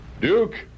Duke